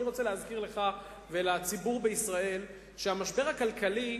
אני רוצה להזכיר לך ולציבור בישראל שהמשבר הכלכלי,